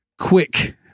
quick